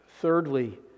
Thirdly